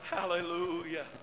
Hallelujah